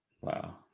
wow